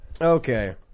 Okay